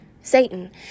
satan